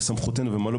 לסוגיה